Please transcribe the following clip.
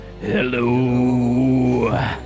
hello